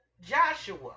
Joshua